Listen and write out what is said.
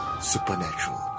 Supernatural